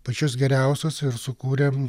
pačius geriausius ir sukūrėm